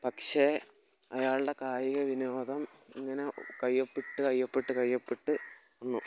പക്ഷേ അയാളുടെ കായിക വിനോദം ഇങ്ങനെ കയ്യൊപ്പിട്ട് കയ്യൊപ്പിട്ട് കയ്യൊപ്പിട്ട് നിന്നു